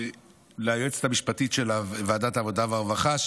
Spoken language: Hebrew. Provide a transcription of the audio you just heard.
ליועצת המשפטית של ועדת העבודה והרווחה,